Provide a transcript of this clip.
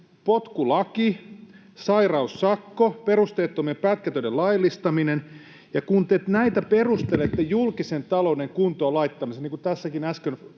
potkulaki, sairaussakko, perusteettomien pätkätöiden laillistaminen. Kun te näitä perustelette julkisen talouden kuntoon laittamisella, niin kuin tässäkin äsken